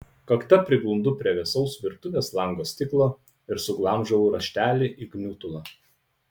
kakta priglundu prie vėsaus virtuvės lango stiklo ir suglamžau raštelį į gniutulą